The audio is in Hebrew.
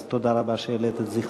אז תודה רבה שהעלית את זכרו.